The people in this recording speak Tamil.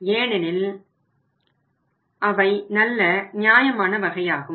ஏனெனில் அவை நல்ல நியாயமான வகையாகும்